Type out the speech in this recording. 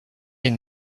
est